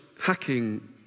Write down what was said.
hacking